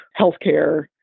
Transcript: Healthcare